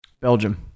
Belgium